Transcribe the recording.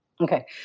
Okay